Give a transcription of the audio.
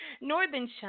Northern